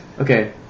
Okay